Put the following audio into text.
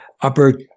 upper –